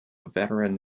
veteran